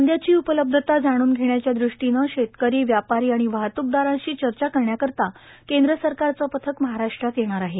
कांदयाची उपलब्धता जाणून घेण्याच्या ृष्टीनं शेतकरी व्यापारी आणि वाहतुकदारांशी चर्चा करण्याकरता केंद्र सरकारचं पथक महाराष्ट्रात येणार आहे